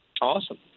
Awesome